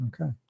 okay